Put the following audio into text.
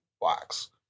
box